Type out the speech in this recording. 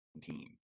team